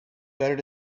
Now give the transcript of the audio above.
better